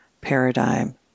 paradigm